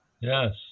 Yes